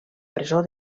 presó